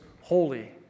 holy